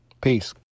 Peace